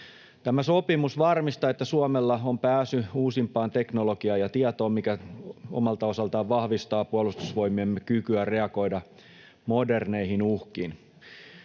Tämä sopimus varmistaa, että Suomella on pääsy uusimpaan teknologiaan ja tietoon, mikä omalta osaltaan vahvistaa puolustusvoimiemme kykyä reagoida moderneihin uhkiin.